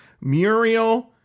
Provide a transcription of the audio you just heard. Muriel